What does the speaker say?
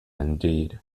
indeed